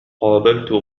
قابلت